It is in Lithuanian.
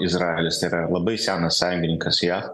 izraelis tai yra labai senas sąjungininkas jav